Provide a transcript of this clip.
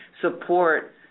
support